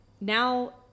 now